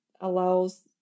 allows